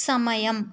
సమయం